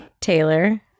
Taylor